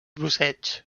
busseig